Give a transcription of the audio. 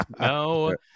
No